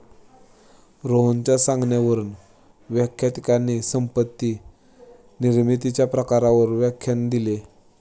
रोहनच्या सांगण्यावरून व्याख्यात्याने संपत्ती निर्मितीच्या प्रकारांवर व्याख्यान दिले